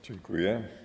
Dziękuję.